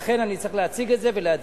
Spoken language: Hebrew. לכן, אני צריך להציג את זה ויש להצביע,